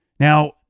Now